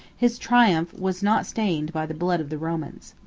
his triumph was not stained by the blood of the romans.